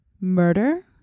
murder